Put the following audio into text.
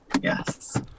Yes